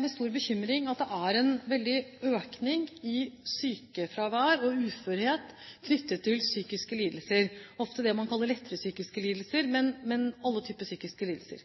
med stor bekymring at det er en veldig økning i sykefravær og uførhet knyttet til psykiske lidelser, ofte til det man kaller lettere psykiske lidelser, men til alle typer psykiske lidelser.